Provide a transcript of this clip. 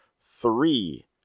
three